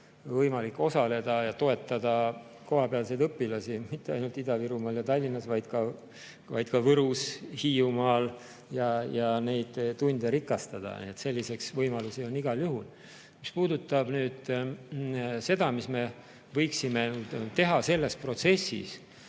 võimalik osaleda ja toetada kohapealseid õpilasi mitte ainult Ida-Virumaal ja Tallinnas, vaid ka Võrus, Hiiumaal ja neid tunde rikastada. Selliseid võimalusi on igal juhul. Mis puudutab nüüd seda, mis me võiksime teha selles protsessis,